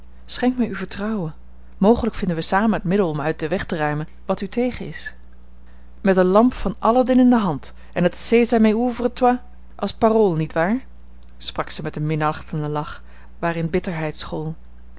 schenk mij uw vertrouwen mogelijk vinden wij samen het middel om uit den weg te ruimen wat u tegen is met de lamp van aladin in de hand en het sésame ouvre toi als parool niet waar sprak zij met een minachtenden lach waarin bitterheid school